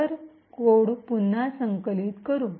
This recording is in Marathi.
तर कोड पुन्हा संकलित करू